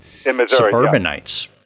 suburbanites